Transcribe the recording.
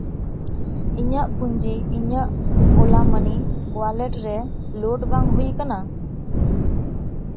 ᱤᱧᱟᱹᱜ ᱯᱩᱡᱤ ᱤᱧᱟᱹᱜ ᱳᱞᱟ ᱢᱟᱹᱱᱤ ᱳᱣᱟᱞᱮᱴ ᱨᱮ ᱞᱳᱰ ᱵᱟᱝ ᱦᱩᱭ ᱠᱟᱱᱟ